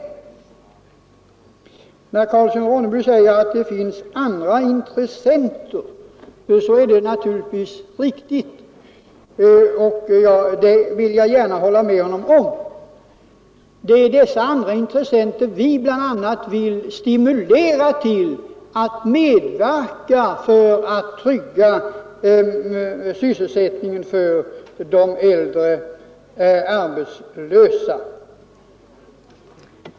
När herr Karlsson i Ronneby säger att det finns andra intressenter så vill jag gärna hålla med honom om detta. Det är bl.a. dessa andra intressenter som vi vill stimulera till att medverka i ansträngningarna för att trygga sysselsättningen för äldre arbetslösa.